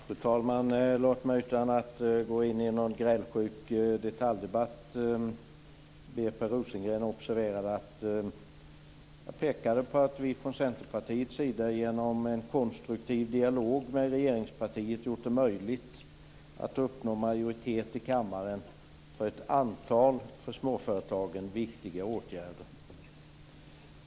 Fru talman! Låt mig, utan att gå in i någon grälsjuk detaljdebatt, be Per Rosengren att observera att jag påpekade att vi från Centerpartiets sida genom en konstruktiv dialog med regeringspartiet gjort det möjligt att uppnå majoritet i kammaren för ett antal för småföretagen viktiga åtgärder.